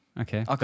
Okay